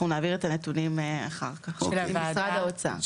אנחנו נעביר את הנתונים אחר כך עם משרד האוצר,